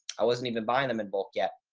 i wasn't even buying them in bulk yet.